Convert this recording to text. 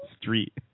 Street